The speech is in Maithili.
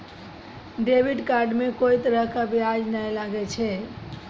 डेबिट कार्ड मे कोई तरह के ब्याज नाय लागै छै